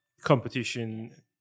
competition